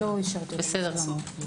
בסדר.